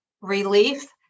relief